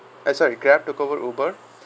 eh sorry Grab to Uber